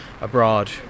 abroad